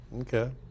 okay